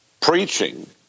preaching